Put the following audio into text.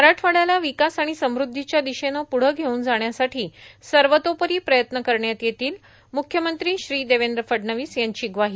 मराठवाड्याला र्वकास आर्गाण समृद्धीच्या र्वदशेनं पुढं घेऊन जाण्यासाठी सर्वातोपरी प्रयत्न करण्यात येतील म्रख्यमंत्री श्री देवद्र फडणवीस यांची ग्वाही